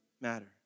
matter